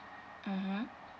mmhmm